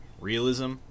realism